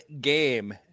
game